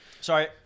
Sorry